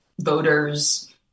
voters